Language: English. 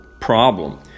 problem